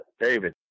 David